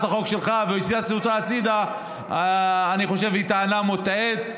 החוק שלך והזזתי אותה הצידה היא טענה מוטעית.